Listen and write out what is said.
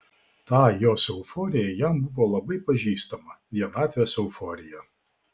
ta jos euforija jam buvo labai pažįstama vienatvės euforija